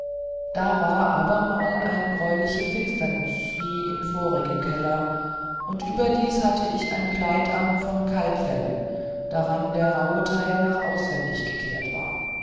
da war abermal eine greuliche finsternus wie in vorigem keller und überdas hatte ich ein kleid an von kalbfellen daran das rauhe teil auch auswendig gekehrt war